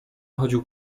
chodził